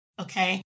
okay